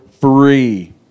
free